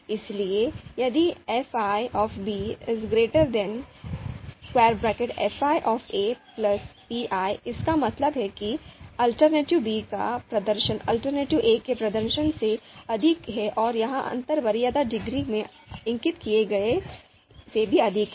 इसलिए यदि fi fi pi इसका मतलब है कि alternative B का प्रदर्शन alternative a के प्रदर्शन से अधिक है और यह अंतर वरीयता डिग्री में इंगित किए गए से भी अधिक है